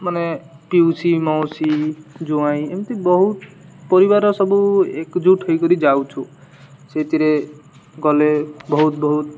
ମାନେ ପିଉସି ମାଉସୀ ଜୁଆଁଇ ଏମିତି ବହୁତ ପରିବାର ସବୁ ଏକଜୁଟ ହେଇକରି ଯାଉଛୁ ସେଇଥିରେ ଗଲେ ବହୁତ ବହୁତ